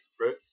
right